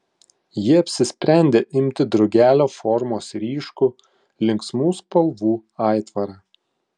ji apsisprendė imti drugelio formos ryškų linksmų spalvų aitvarą